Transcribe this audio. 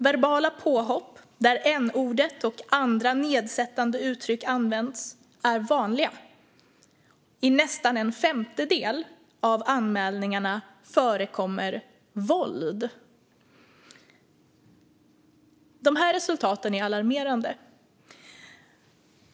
Verbala påhopp, där n-ordet och andra nedsättande uttryck används, är vanliga. I nästan en femtedel av anmälningarna förekommer våld. Dessa resultat är alarmerande.